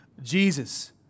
Jesus